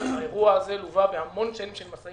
האירוע הזה לווה בהמון שנים של משאים